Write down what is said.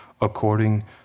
according